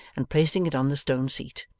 and placing it on the stone seat.